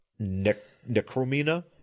Necromina